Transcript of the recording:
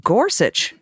Gorsuch